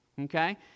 okay